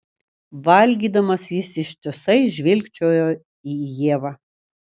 valgydamas jis ištisai žvilgčiojo į ievą